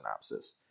Synopsis